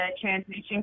transmission